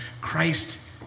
Christ